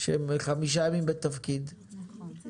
שמכהן בתפקיד רק חמישה ימים.